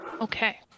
okay